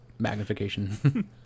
magnification